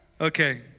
Okay